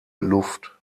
luft